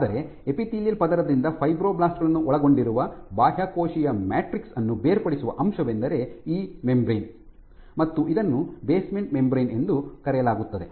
ಆದರೆ ಎಪಿತೀಲಿಯಲ್ ಪದರದಿಂದ ಫೈಬ್ರೊಬ್ಲಾಸ್ಟ್ ಗಳನ್ನು ಒಳಗೊಂಡಿರುವ ಬಾಹ್ಯಕೋಶೀಯ ಮ್ಯಾಟ್ರಿಕ್ಸ್ ಅನ್ನು ಬೇರ್ಪಡಿಸುವ ಅಂಶವೆಂದರೆ ಈ ಮೆಂಬರೇನ್ ಮತ್ತು ಇದನ್ನು ಬೇಸ್ಮೆಂಟ್ ಮೆಂಬರೇನ್ ಎಂದು ಕರೆಯಲಾಗುತ್ತದೆ